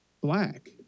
black